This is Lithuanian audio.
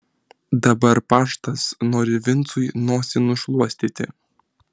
dabar paštas nori vincui nosį nušluostyti